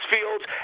Fields